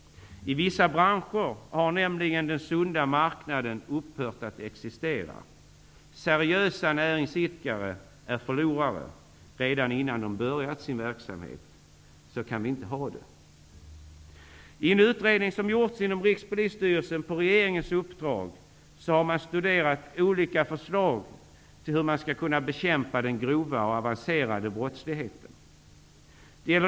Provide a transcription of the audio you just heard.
I vissa branscher har nämligen den sunda marknaden upphört att existera. Seriösa näringsidkare är förlorare redan innan de börjat sin verksamhet. Så kan vi inte ha det. En utredning som gjorts inom Rikspolisstyrelsen på regeringens uppdrag har studerat olika förslag till hur man skall kunna bekämpa den grova och avancerade brottsligheten.